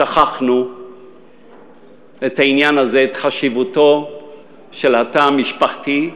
שכחנו את העניין הזה, את חשיבותו של התא המשפחתי.